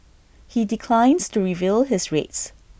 he declines to reveal his rates